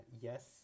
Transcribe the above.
yes